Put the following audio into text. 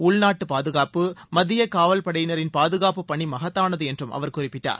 உள்நாட்டு பாதுகாப்பு மத்திய காவல் படையினரின் பாதுகாப்பு பணி மகத்தானது என்றும் அவர் குறிப்பிட்டார்